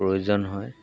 প্ৰয়োজন হয়